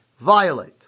violate